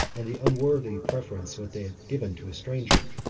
and the unworthy preference which they had given to a stranger.